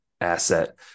asset